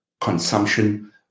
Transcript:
Consumption